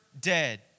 dead